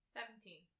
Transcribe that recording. Seventeen